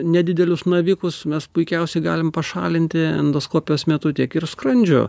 nedidelius navikus mes puikiausiai galim pašalinti endoskopijos metu tiek ir skrandžio